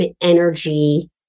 energy